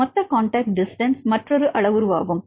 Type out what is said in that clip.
மொத்த contact distance மற்றொரு அளவுருவாகும்